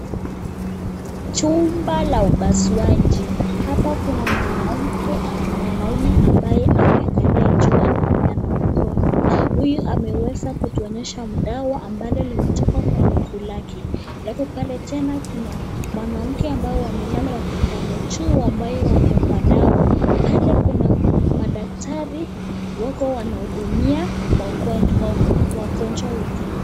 Chumba la upasuaji. Hapa kuna mwanamke na mwanaume ambaye ameangalia juu ameumia na mkono. Huyu ameweza kutuonyesha mdawa ambalo limetoka kwa mguu lake. Alafu pale tena kuna mwanamke ambao amelala wakiangalia juu ambaye wako kwa dawa. Pale kuna madaktari wako wanahudumia wagonjwa wengine.